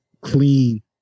clean